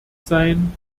sein